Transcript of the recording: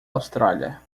austrália